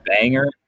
banger